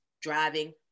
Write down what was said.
driving